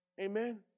Amen